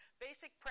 Basic